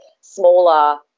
smaller